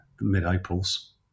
mid-Aprils